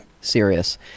serious